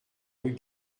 rue